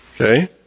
Okay